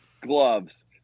gloves